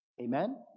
Amen